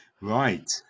Right